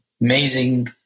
amazing